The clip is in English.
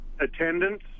attendance